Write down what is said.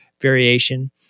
variation